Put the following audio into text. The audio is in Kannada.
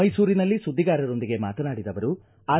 ಮೈಸೂರಿನಲ್ಲಿ ಸುದ್ದಿಗಾರರೊಂದಿಗೆ ಮಾತನಾಡಿದ ಅವರು ಆರ್